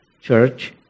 church